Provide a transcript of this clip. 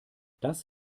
das